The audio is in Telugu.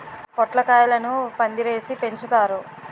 పొట్లకాయలను పందిరేసి పెంచుతారు